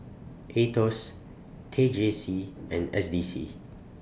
Aetos T J C and S D C